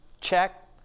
check